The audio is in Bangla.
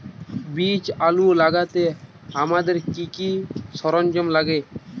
বীজ আলু লাগাতে আমাদের কি কি সরঞ্জাম লাগে?